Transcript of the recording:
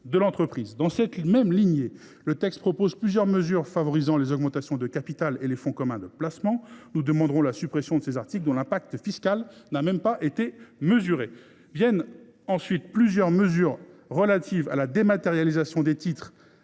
Dans la même ligne, le texte tend à favoriser les augmentations de capital et les fonds communs de placement. Nous demanderons la suppression de ces articles, dont l’impact fiscal n’a même pas été mesuré. Viennent ensuite plusieurs mesures relatives à la dématérialisation des titres